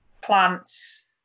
plants